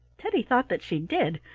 teddy thought that she did,